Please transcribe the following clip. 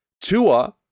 Tua